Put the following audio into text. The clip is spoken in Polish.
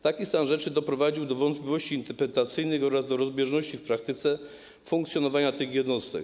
Taki stan rzeczy doprowadził do wątpliwości interpretacyjnych oraz do rozbieżności w praktyce funkcjonowania tych jednostek.